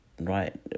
Right